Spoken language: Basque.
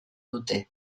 dute